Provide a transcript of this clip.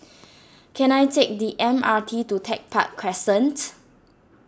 can I take the M R T to Tech Park Crescent